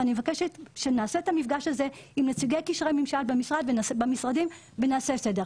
ואני מבקשת שנעשה את המפגש הזה עם נציגי קשרי ממשל במשרדים ונעשה סדר.